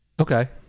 Okay